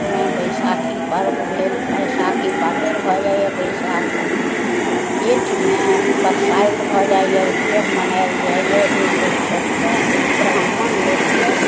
बैसाखी पर्व भेल बैसाखी पातरि भऽ जाइए बैसाखमे जेठमे बरसाइत भऽ जाइए उत्यम मनायल जाइए ओइ लोक सबके ब्राम्हण लोकके